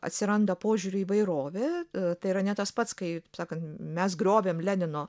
atsiranda požiūrių įvairovė tai yra ne tas pats kaip sakant mes griovėm lenino